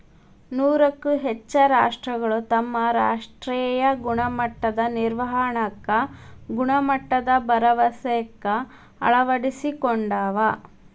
ನೂರಕ್ಕೂ ಹೆಚ್ಚ ರಾಷ್ಟ್ರಗಳು ತಮ್ಮ ರಾಷ್ಟ್ರೇಯ ಗುಣಮಟ್ಟದ ನಿರ್ವಹಣಾಕ್ಕ ಗುಣಮಟ್ಟದ ಭರವಸೆಕ್ಕ ಅಳವಡಿಸಿಕೊಂಡಾವ